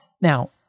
now